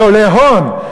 זה עולה הון.